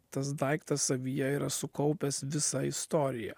tas daiktas savyje yra sukaupęs visą istoriją